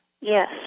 Yes